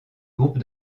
groupes